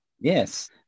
yes